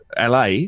LA